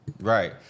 Right